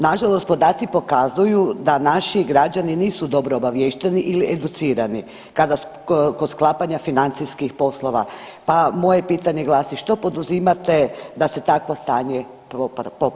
Nažalost podaci pokazuju da naši građani nisu dobro obaviješteni ili educirani kod sklapanja financijskih poslova, pa moje pitanje glasi, što poduzimate da se takvo stanje popravi?